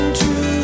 true